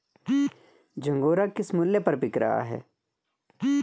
झंगोरा किस मूल्य पर बिक रहा है?